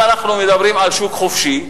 אם אנחנו מדברים על שוק חופשי,